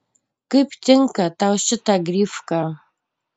kaip tinka tau šita grifka